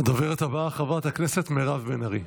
הדוברת הבאה, חברת הכנסת מירב בן ארי.